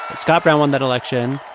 scott brown won that election.